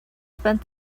spent